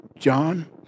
John